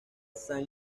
san